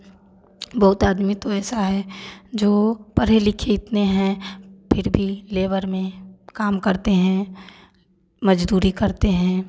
बहुत आदमी तो ऐसा है जो पढ़े लिखे इतने हैं फिर भी लेबर में काम करते हैं मज़दूरी करते हैं